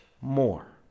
more